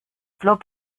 flop